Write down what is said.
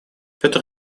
петр